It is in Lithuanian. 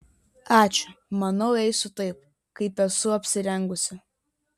ačiū manau eisiu taip kaip esu apsirengusi